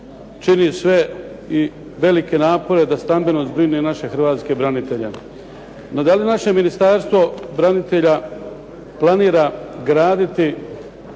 čini sve i velike napore da stambeno zbrine naše hrvatske branitelje. No, da li naše ministarstvo branitelja planira graditi